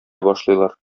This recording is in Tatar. башлыйлар